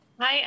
Hi